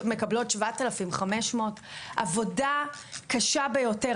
מקבלות 7,500 שקלים עבודה קשה ביותר.